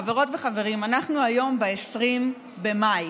חברות וחברים, אנחנו היום ב-20 במאי.